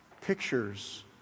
pictures